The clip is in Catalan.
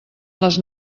les